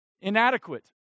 inadequate